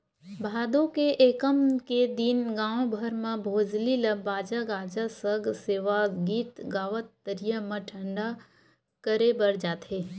भादो के एकम के दिन गाँव भर म भोजली ल बाजा गाजा सग सेवा गीत गावत तरिया म ठंडा करे बर जाथे